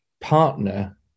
partner